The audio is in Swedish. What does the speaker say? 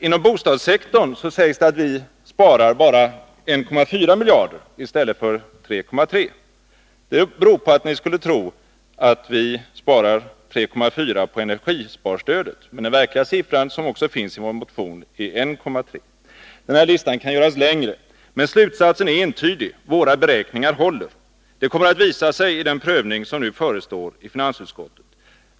Inom bostadssektorn sägs det att vi sparar endast 1,4 miljarder i stället för 3,3 miljarder. Det beror på att ni tror att vi sparar 3,4 miljarder på energisparstödet, medan det verkliga beloppet, som också finns i vår motion, är 1,3 miljarder. Dennalista kan göras längre. Men slutsatsen är entydig. Våra beräkningar håller. Det kommer att visa sig i den prövning som nu förestår i finansutskottet.